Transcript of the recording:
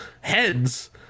heads